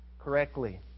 correctly